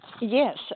Yes